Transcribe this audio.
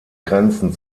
grenzen